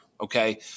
Okay